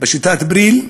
בשיטת ברייל,